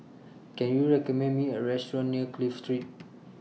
Can YOU recommend Me A Restaurant near Clive Street